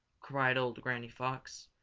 cried old granny fox.